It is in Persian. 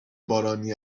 بارانی